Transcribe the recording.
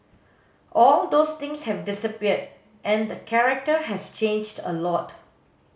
all those things have disappeared and the character has changed a lot